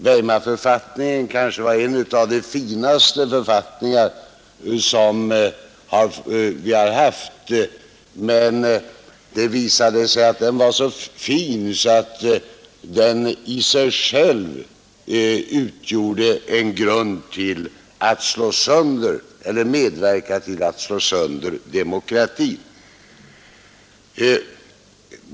Weimarförfattningen var kanske en av de finaste författningar som har funnits, men det visade sig att den var så fin att den i sig själv kunde medverka till att slå sönder demokratin.